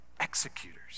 executors